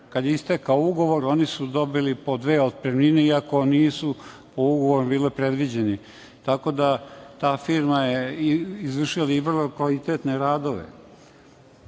je istekao ugovor oni su dobili po dve otpremnine iako nisu ugovorom bile predviđene. Ta firma je izvršila i vrlo kvalitetne radove. Što